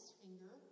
finger